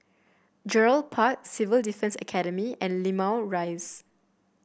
Gerald Park Civil Defence Academy and Limau Rise